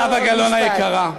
זהבה גלאון היקרה,